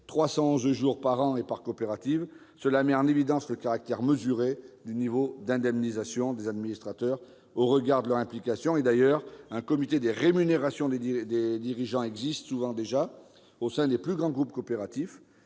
311 jours par an et par coopérative -, on met en évidence le caractère mesuré du niveau d'indemnisation des administrateurs, au regard de leur implication. Un comité des rémunérations des dirigeants existe souvent déjà au sein des plus grands groupes coopératifs.